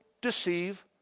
deceive